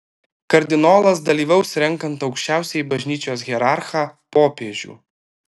kardinolas dalyvaus renkant aukščiausiąjį bažnyčios hierarchą popiežių